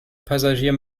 passagier